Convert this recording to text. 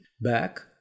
back